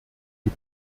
die